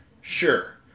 sure